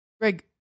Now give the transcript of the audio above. Greg